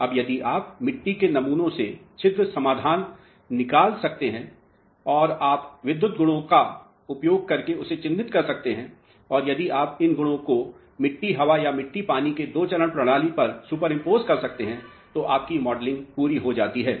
अब यदि आप मिट्टी के नमूने से छिद्र घोल निकाल सकते हैं और आप विद्युत गुणों का उपयोग करके इसे चिह्नित कर सकते हैं और यदि आप इन गुणोंको मिटटी हवा या मिटटी पानी के दो चरण प्रणाली पर सुपरइंपोस कर सकते हैं तो आपकी मॉडलिंग पूरी हो जाती है